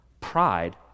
Pride